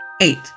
Eight